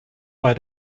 bei